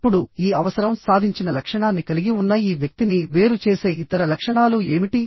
ఇప్పుడు ఈ అవసరం సాధించిన లక్షణాన్ని కలిగి ఉన్న ఈ వ్యక్తిని వేరు చేసే ఇతర లక్షణాలు ఏమిటి